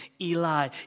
Eli